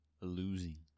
losing